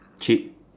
cheap